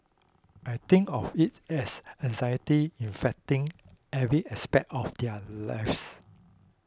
I think of it as anxiety infecting every aspect of their lives